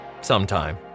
sometime